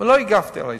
לא הגבתי על הכתבה.